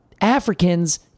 Africans